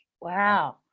wow